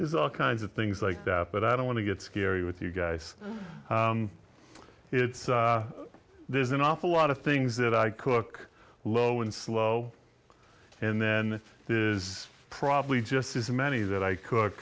there's all kinds of things like that but i don't want to get scary with you guys it's there's an awful lot of things that i cook low and slow and then is probably just as many that i cook